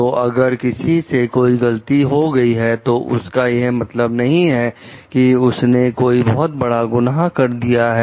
तो अगर किसी से कोई गलती हो गई है तो इसका यह मतलब नहीं है कि उसने कोई बहुत बड़ा गुनाह कर दिया है